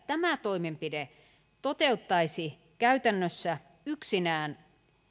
tämä toimenpide toteuttaisi käytännössä yksinään